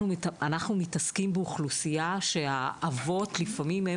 אנחנו מתעסקים באוכלוסייה שהאבות לפעמים הם